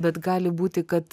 bet gali būti kad